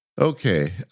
okay